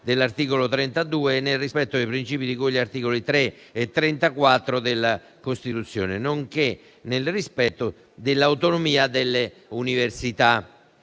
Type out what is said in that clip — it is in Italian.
dell'articolo 32 e nel rispetto dei principi di cui gli articoli 3 e 34 della Costituzione, nonché nel rispetto dell'autonomia delle università.